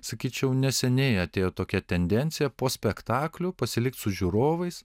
sakyčiau neseniai atėjo tokia tendencija po spektaklių pasilikt su žiūrovais